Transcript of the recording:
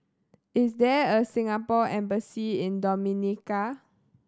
is there a Singapore Embassy in Dominica